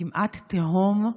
כמעט תהום,